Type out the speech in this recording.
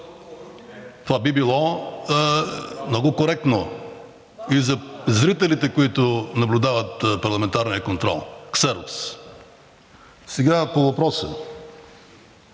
Това би било много коректно и за зрителите, които наблюдават парламентарния контрол-ксерокс. По въпроса